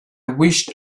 wished